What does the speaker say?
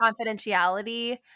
confidentiality